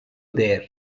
there